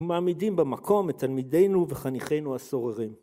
ומעמידים במקום את תלמידינו וחניכינו הסוררים.